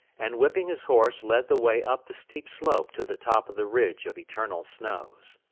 and, whipping his horse, led the way up the steep slope to the top of the ridge of eternal snows.